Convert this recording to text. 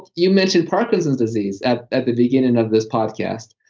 you mentioned parkinson's disease at at the beginning of this podcast,